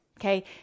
okay